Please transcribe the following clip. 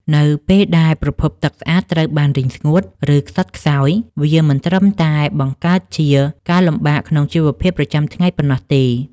នៅពេលដែលប្រភពទឹកស្អាតត្រូវបានរីងស្ងួត ឬខ្សត់ខ្សោយ វាមិនត្រឹមតែបង្កើតជាការលំបាកក្នុងជីវភាពប្រចាំថ្ងៃប៉ុណ្ណោះទេ។